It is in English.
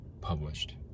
published